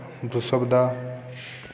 ଦୁଶବ ଦା